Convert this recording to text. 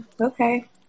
Okay